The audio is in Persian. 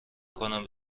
کنم